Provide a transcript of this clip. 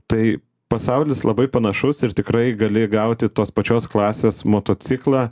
tai pasaulis labai panašus ir tikrai gali gauti tos pačios klasės motociklą